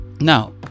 now